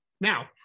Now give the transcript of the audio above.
Now